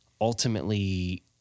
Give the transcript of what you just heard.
ultimately